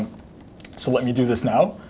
so let me do this now.